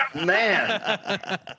man